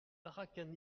barakani